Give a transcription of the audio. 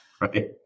Right